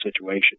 situation